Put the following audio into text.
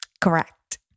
Correct